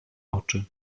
oczy